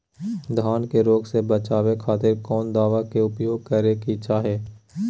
धान के रोग से बचावे खातिर कौन दवा के उपयोग करें कि चाहे?